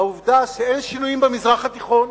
העובדה שאין שינויים במזרח התיכון?